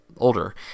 older